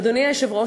ואדוני היושב-ראש,